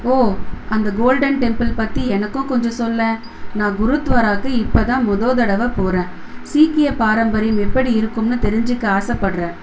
ஓ அந்த Golden Temple பற்றி எனக்கும் கொஞ்சம் சொல்லேன் நான் குருத்வாராவுக்கு இப்போ தான் மொத தடவை போகிறேன் சீக்கிய பாரம்பரியம் எப்படி இருக்கும்னு தெரிஞ்சுக்க ஆசைப்பட்றேன்